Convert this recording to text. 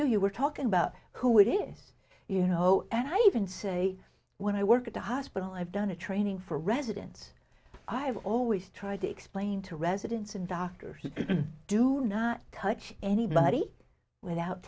we're talking about who it is you know and i even say when i work at a hospital i've done a training for residents i've always tried to explain to residents and doctors do not touch anybody without